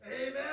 Amen